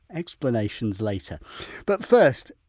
explanations later but first,